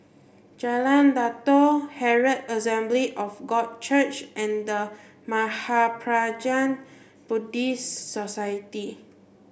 Jalan Datoh Herald Assembly of God Church and The Mahaprajna Buddhist Society